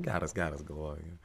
geras geras galvoju